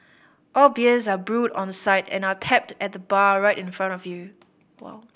all beers are brewed on site and are tapped at the bar right in front of you